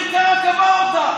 לא קוראים קריאות ביניים בעמידה.